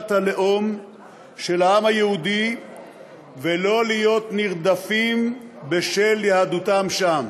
במדינת הלאום של העם היהודי ולא להיות נרדפים בשל יהדותם שם.